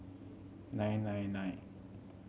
nine nine nine